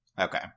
Okay